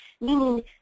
meaning